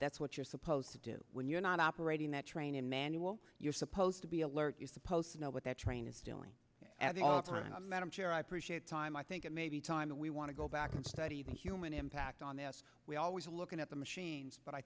that's what you're supposed to do when you're not operating that training manual you're supposed to be alert you're supposed to know what that train is dealing at all around them and i'm sure i appreciate time i think it may be time that we want to go back and study the human impact on the us we always looking at the machines but i